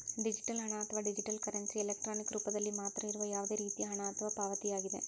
digital ಹಣ, ಅಥವಾ digital currency, electronic ರೂಪದಲ್ಲಿ ಮಾತ್ರ ಇರುವ ಯಾವುದೇ ರೇತಿಯ ಹಣ ಅಥವಾ ಪಾವತಿಯಾಗಿದೆ